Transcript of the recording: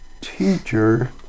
teacher